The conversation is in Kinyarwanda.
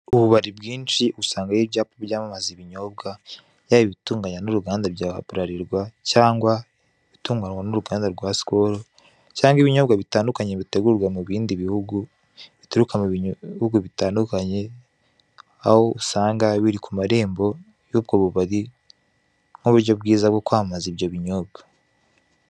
Ububari bwinshi usanga hariho ibyapa byamamaza ibinyobwa, yaba ibitunganwa n'uruganda rwa Brarirwa cyangwa ibitunganwa n'uruganda rwa Skol, cyangwa ibinyobwa bitandukanye bitegurwa mubindi bihugu bituruka mu bihugu bitandukanye. Aho usanga biri ku marembo y'ubwo bubari nk'uburyo bwiza bwo kwamamaza ibyo binyobwa.